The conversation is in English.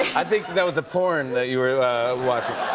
i think that was a porn that you were watching.